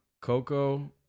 Coco